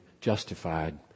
justified